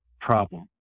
problem